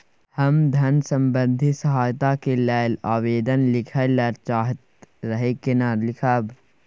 हम धन संबंधी सहायता के लैल आवेदन लिखय ल चाहैत रही केना लिखब?